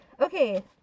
okay